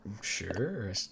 Sure